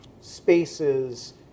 spaces